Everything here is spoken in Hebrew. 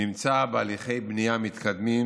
נמצא בהליכי בנייה מתקדמים.